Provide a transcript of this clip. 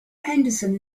henderson